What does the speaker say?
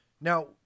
Now